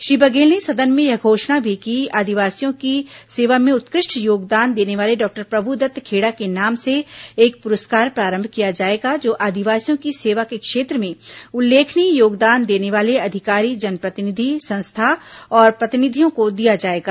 श्री बधेल ने सदन में यह घोषणा भी की कि आदिवासियों की सेवा में उत्कृष्ट योगदान देने वाले डॉक्टर प्रभुदत्त खेड़ा के नाम से एक पुरस्कार प्रारंभ किया जाएगा जो आदिवासियों की सेवा के क्षेत्र में उल्लेखनीय योगदान देने वाले अधिकारी जनप्रतिनिधि संस्था और प्रतिनिधियों को दिया जाएगा